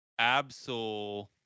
Absol